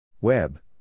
Web